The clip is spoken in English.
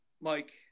Mike